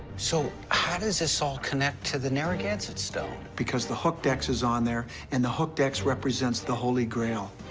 so how does this all connect to the narragansett stone? because the hooked x is on there, and the hooked x represents the holy grail.